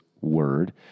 word